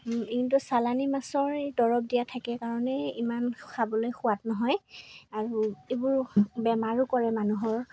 কিন্তু চালানী মাছৰ এই দৰব দিয়া থাকে কাৰণেই ইমান খাবলৈ সোৱাদ নহয় আৰু এইবোৰ বেমাৰো কৰে মানুহৰ